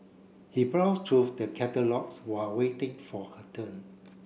he browsed through the catalogues while waiting for her turn